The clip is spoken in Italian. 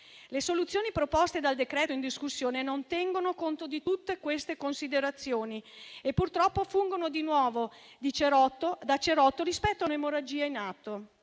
Le soluzioni proposte dal decreto-legge in discussione non tengono conto di queste considerazioni e purtroppo fungono di nuovo da cerotto rispetto a un'emorragia in atto;